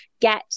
get